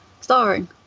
starring